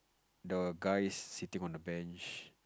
the guy is sitting on the bench